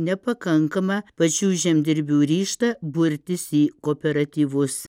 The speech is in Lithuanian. nepakankamą pačių žemdirbių ryžtą burtis į kooperatyvus